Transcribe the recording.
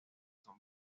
son